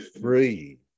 free